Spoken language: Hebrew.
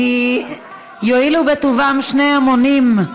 יואילו בטובם שני המונים,